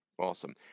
Awesome